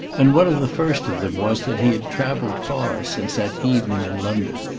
and one of the first of them was that he had travelled far since that evening in london,